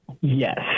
Yes